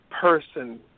person